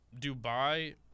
dubai